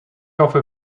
hoffe